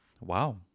Wow